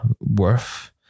worth